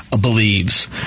believes